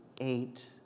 eight